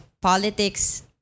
politics